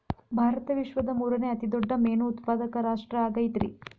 ಭಾರತ ವಿಶ್ವದ ಮೂರನೇ ಅತಿ ದೊಡ್ಡ ಮೇನು ಉತ್ಪಾದಕ ರಾಷ್ಟ್ರ ಆಗೈತ್ರಿ